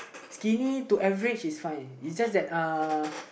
skinny to average is fine is just that